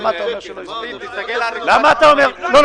ואם הזמנתם אותם, למה לא הגיעו?